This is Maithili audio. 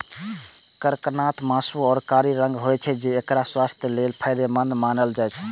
कड़कनाथ के मासुओ कारी रंगक होइ छै आ एकरा स्वास्थ्यक लेल फायदेमंद मानल जाइ छै